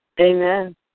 Amen